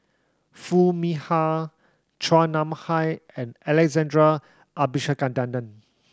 Foo Mee Har Chua Nam Hai and Alex